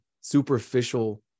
superficial